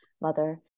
mother